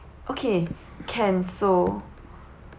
okay can so